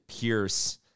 Pierce